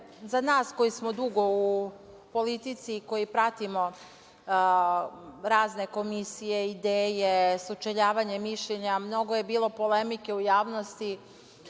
za nas koji smo dugo u politici i koji pratimo razne komisije, ideje, sučeljavanja mišljenja, mnogo je bilo polemike u javnosti,